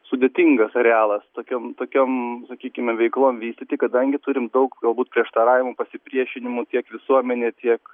sudėtingas arealas tokiom tokiom sakykime veiklom vystyti kadangi turim daug galbūt prieštaravimų pasipriešinimų tiek visuomenė tiek